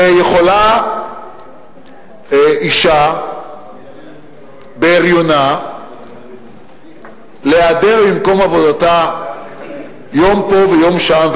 ויכולה אשה בהריונה להיעדר ממקום עבודתה יום פה ויום שם,